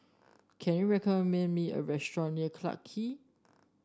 can you recommend me a restaurant near Clarke Quay